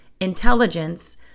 intelligence